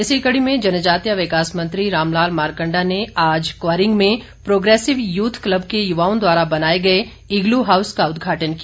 इसी कड़ी में जनजातीय विकास मंत्री राम लाल मारकंडा ने आज क्वारिंग में प्रोग्रेसिव यूथ क्लब के युवाओं द्वारा बनाए गए इग्लू हाउस का उद्घाटन किया